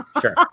Sure